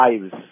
lives